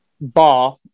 bar